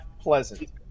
pleasant